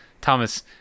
Thomas